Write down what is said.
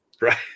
Right